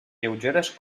lleugeres